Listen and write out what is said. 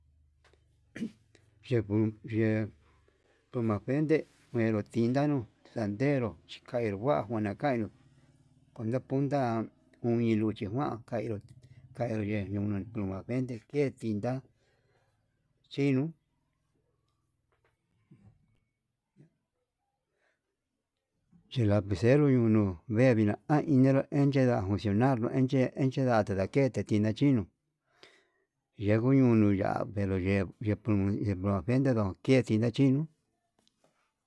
Yekuu ye'e ndomatente ndikotinranu ndandero chikai huaju nakayu una kunda luchi kuan kainró, kainre ndeye kuna kuente ke'e tiná chinuu che lapicero yunu vee vina anguinro chetonro, nda funcionar echedatuu ndakete ndina chino'o yenguu yunu ya'a pero yenguo nde plumu ndenakende ya'a chinuu.